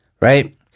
right